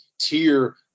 tier